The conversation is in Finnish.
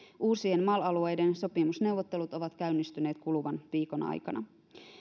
uusien mal alueiden sopimusneuvottelut ovat käynnistyneet kuluvan viikon aikana